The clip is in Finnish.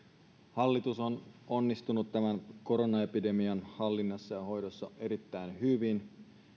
hallitus on onnistunut tämän koronaepidemian hallinnassa ja hoidossa erittäin hyvin